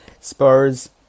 Spurs